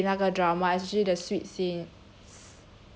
damn like 配那个 drama especially the sweet scene